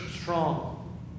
strong